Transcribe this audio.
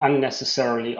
unnecessarily